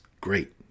great